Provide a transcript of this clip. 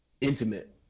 intimate